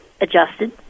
adjusted